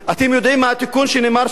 אתם יודעים מה התיקון שנאמר שם,